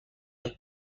قبل